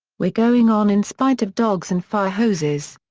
we're going on in spite of dogs and fire hoses.